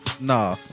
Nah